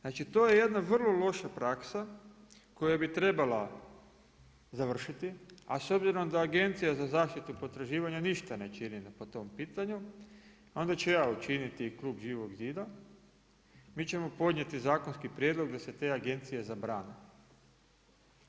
Znači, to je jedna vrlo loša praksa koja bi trebala završiti a s obzirom da Agencija za zaštitu potraživanja ništa ne čini po tom pitanju onda ću ja učiniti i Klub Živog zida, mi ćemo podnijeti zakonski prijedlog da se te agencije zabrane,